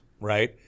right